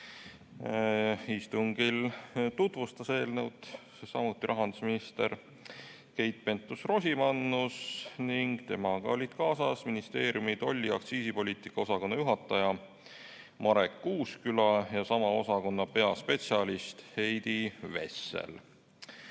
Istungil tutvustas eelnõu samuti rahandusminister Keit Pentus-Rosimannus ning temaga olid kaasas ministeeriumi tolli‑ ja aktsiisipoliitika osakonna juhataja Marek Uusküla ja sama osakonna peaspetsialist Heidi Vessel.